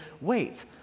wait